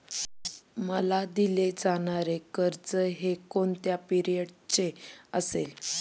मला दिले जाणारे कर्ज हे कोणत्या पिरियडचे असेल?